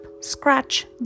scratch